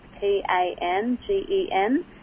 P-A-N-G-E-N